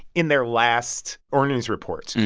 in their last earnings reports,